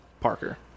Parker